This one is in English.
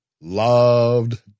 loved